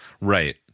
Right